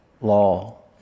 law